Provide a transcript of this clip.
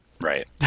right